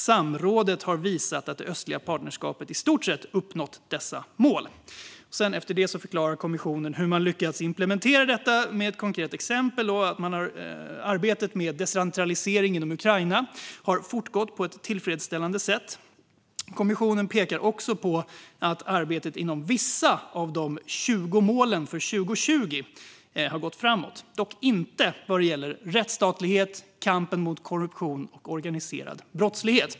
Samrådet har visat att det östliga partnerskapet i stort sett uppnått dessa mål." Sedan förklarar kommissionen hur man har lyckats implementera detta och ger ett konkret exempel med Ukraina där arbetet med decentralisering har gått framåt på ett tillfredsställande sätt. Kommissionen pekar också på att arbetet inom vissa av de 20 målen för 2020 har gått framåt, dock inte de som gäller rättsstatlighet, kampen mot korruption och organiserad brottslighet.